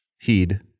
Heed